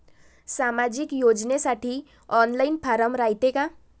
सामाजिक योजनेसाठी online form रायते का?